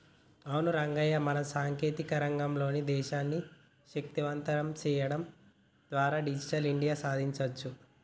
అవును రంగయ్య మనం సాంకేతిక రంగంలో దేశాన్ని శక్తివంతం సేయడం ద్వారా డిజిటల్ ఇండియా సాదించొచ్చు